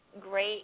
great